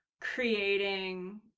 creating